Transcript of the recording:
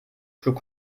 schlug